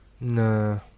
no